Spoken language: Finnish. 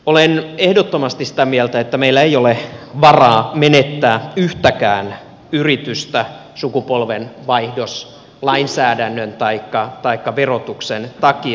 olen ehdottomasti sitä mieltä että meillä ei ole varaa menettää yhtäkään yritystä sukupolvenvaihdoslainsäädännön taikka verotuksen takia